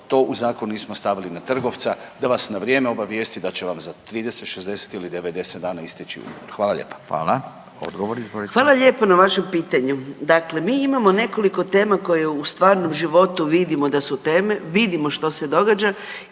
to u zakon nismo stavili na trgovaca da vas na vrijeme obavijesti da će vam za 30, 60 ili 90 dana isteći ugovor? Hvala lijepa. **Radin, Furio (Nezavisni)** Hvala. Odgovor, izvolite. **Mrak-Taritaš, Anka (GLAS)** Hvala lijepo na vašem pitanju. Dakle, mi imamo nekoliko tema koje u stvarnom životu vidimo da su teme, vidimo što se događa